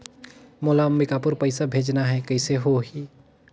मोला अम्बिकापुर पइसा भेजना है, कइसे होही?